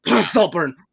Saltburn